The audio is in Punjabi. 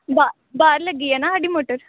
ਬਾ ਬਾਹਰ ਲੱਗੀ ਹੈ ਨਾ ਸਾਡੀ ਮੋਟਰ